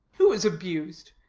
who is abused?